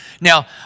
Now